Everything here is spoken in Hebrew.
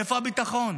איפה הביטחון?